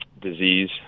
disease